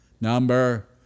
Number